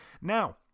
Now